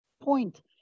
point